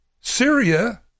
Syria